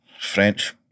French